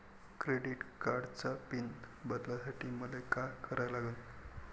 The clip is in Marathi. क्रेडिट कार्डाचा पिन बदलासाठी मले का करा लागन?